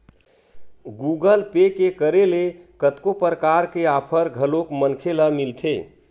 Google Pay के करे ले कतको परकार के आफर घलोक मनखे ल मिलथे